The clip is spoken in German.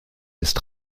ist